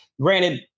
Granted